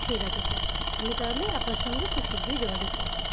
ঠিক আছে স্যার আমি তাহলে আপনার সঙ্গে খুব শিগগিরি যোগাযোগ করছি